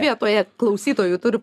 vietoje klausytojų turiu